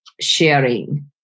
sharing